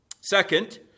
Second